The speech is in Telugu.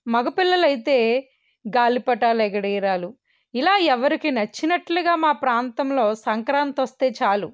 మగ పిల్లలయితే గాలిపటాలు ఎగరేయడాలు ఇలా ఎవరికి నచ్చినట్లుగా మా ప్రాంతంలో సంక్రాంతొస్తే చాలు